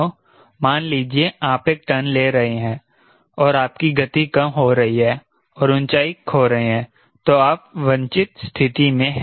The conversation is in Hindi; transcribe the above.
मान लीजिए आप एक टर्न ले रहे हैं और आपकी गति कम हो रही है और ऊँचाई खो रहे है तो आप वंचित स्थिति में हैं